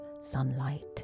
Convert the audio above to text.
sunlight